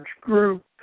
group